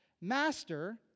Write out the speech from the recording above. Master